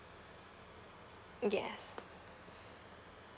yes